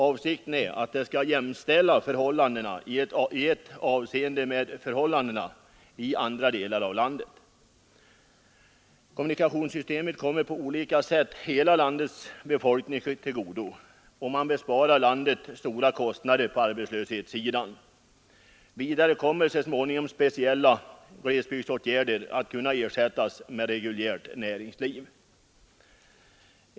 Avsikten är att jämställa förhållandena där i ett avseende med förhållandena i andra delar av landet. Kommunikationssystemet kommer på olika sätt hela landets befolkning till godo, och man besparar landet stora kostnader för arbetslöshet. Vidare kommer så småningom speciella glesbygdsåtgärder att kunna ersättas med reguljärt näringsliv.